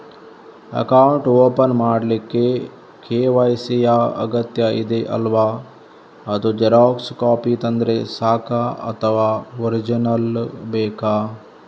Account open ಮಾಡ್ಲಿಕ್ಕೆ KYC ಯಾ ಅಗತ್ಯ ಇದೆ ಅಲ್ವ ಅದು ಜೆರಾಕ್ಸ್ ಕಾಪಿ ತಂದ್ರೆ ಸಾಕ ಅಥವಾ ಒರಿಜಿನಲ್ ಬೇಕಾ?